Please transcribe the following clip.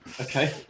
Okay